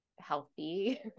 healthy